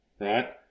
right